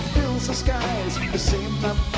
fills the skies the the same